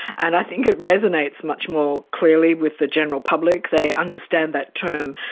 and i think it resonates much more clearly with the general public, they understand that term,